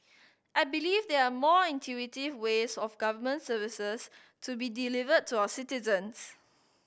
I believe there are more intuitive ways of government services to be delivered to our citizens